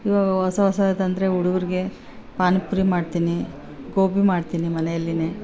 ಇವಾಗ ಹೊಸ ಹೊಸದಂದ್ರೆ ಹುಡುಗುರಿಗೆ ಪಾನಿ ಪುರಿ ಮಾಡ್ತೀನಿ ಗೋಬಿ ಮಾಡ್ತೀನಿ ಮನೆಯಲ್ಲಿಯೇ